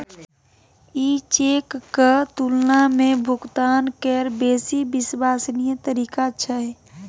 ई चेकक तुलना मे भुगतान केर बेसी विश्वसनीय तरीका छै